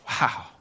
Wow